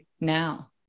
now